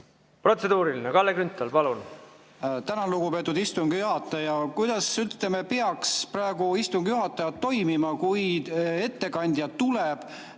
Protseduuriline, Kalle Grünthal, palun!